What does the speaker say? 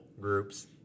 groups